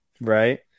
Right